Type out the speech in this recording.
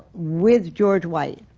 with george white.